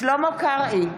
שלמה קרעי,